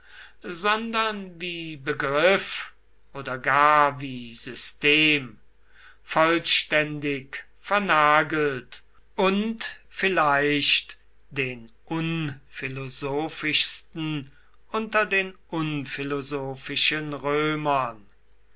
sondern wie begriff oder gar wie system vollständig vernagelt und vielleicht den unphilosophischsten unter den unphilosophischen römern